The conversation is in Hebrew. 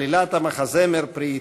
עלילת המחזמר פרי עטו,